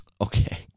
Okay